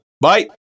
Bye